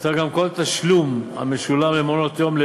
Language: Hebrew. יותר גם כל תשלום המשולם למעונות-יום,